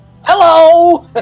Hello